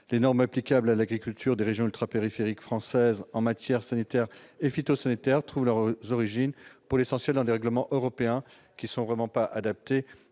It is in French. Les normes applicables à l'agriculture des régions ultrapériphériques françaises en matière sanitaire et phytosanitaire trouvent leurs origines, pour l'essentiel, dans des règlements européens, qui ne sont vraiment pas adaptés